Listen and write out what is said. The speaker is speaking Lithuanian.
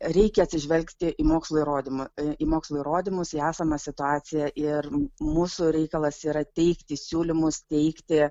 reikia atsižvelgti į mokslo įrodymų į mokslo įrodymus į esamą situaciją ir mūsų reikalas yra teikti siūlymus teikti